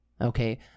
okay